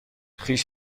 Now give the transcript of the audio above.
خویش